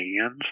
hands